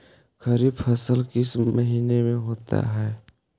खरिफ फसल किस महीने में होते हैं?